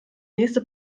nächste